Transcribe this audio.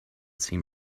seem